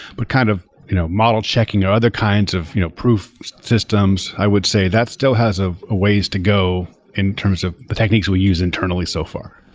but kind of you know model checking or other kinds of you know proof systems. i would say that still has a ah ways to go in terms of the techniques we use internally so far.